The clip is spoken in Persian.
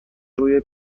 روی